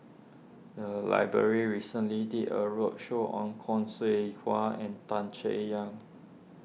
the library recently did a roadshow on Khoo Seow Hwa and Tan Chay Yan